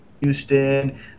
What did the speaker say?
Houston